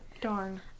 Darn